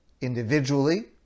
individually